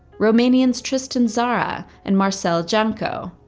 romanians, tristan tzara and marcel janco,